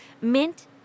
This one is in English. mint